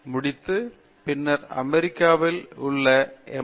Mechanical Engineering முடித்து பின்னர் அமெரிக்காவில் உள்ள எம்